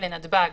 כזכור,